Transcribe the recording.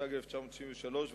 התשנ"ג 1993,